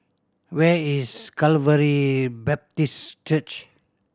where is Calvary Baptist Church